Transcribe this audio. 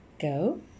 Go